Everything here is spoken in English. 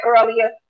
earlier